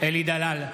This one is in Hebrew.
אלי דלל,